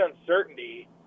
uncertainty